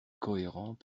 cohérent